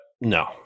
No